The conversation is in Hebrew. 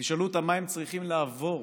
תשאלו אותם מה הם צריכים לעבור